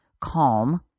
calm